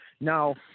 now